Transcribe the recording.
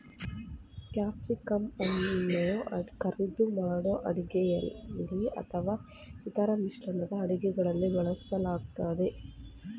ಕ್ಯಾಪ್ಸಿಕಂಅನ್ನ ಕರಿದು ಮಾಡೋ ಅಡುಗೆಲಿ ಅಥವಾ ಇತರ ಮಿಶ್ರಣದ ಅಡುಗೆಗಳಲ್ಲಿ ಬಳಸಲಾಗ್ತದೆ